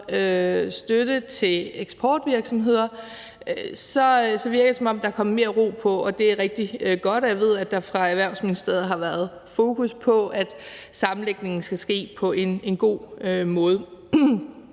støtte til eksportvirksomheder, virker det, som om der er kommet mere ro på, og det er rigtig godt. Og jeg ved, at der fra Erhvervsministeriets side har været fokus på, at sammenlægningen skal ske på en god måde.